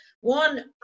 one